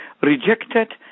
rejected